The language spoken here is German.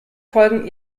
folgen